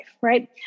right